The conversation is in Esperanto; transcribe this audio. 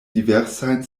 diversajn